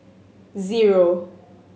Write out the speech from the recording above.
zero